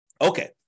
Okay